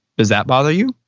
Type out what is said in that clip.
does that bother you?